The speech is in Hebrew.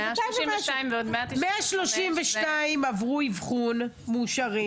זה יוצא 132 ועוד 195. 132 עברו אבחון, מאושרים